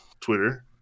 Twitter